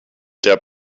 der